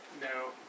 no